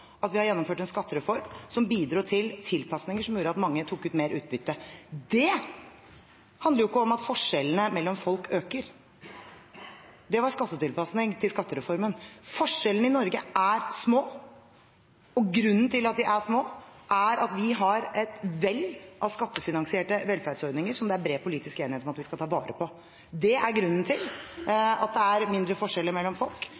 at vi har gjennomført en skattereform som bidro til tilpasninger som gjorde at mange tok ut mer utbytte. Det handler jo ikke om at forskjellene mellom folk øker. Det var skattetilpasning til skattereformen. Forskjellene i Norge er små, og grunnen til at de er små, er at vi har et vell av skattefinansierte velferdsordninger som det er bred politisk enighet om at vi skal ta vare på. Det er grunnen til at det er mindre forskjeller mellom folk